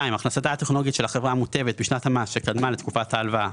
הכנסתה הטכנולוגית של חברה המוטבת בשנת המס שקדמה לתקופת ההלוואה